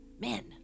men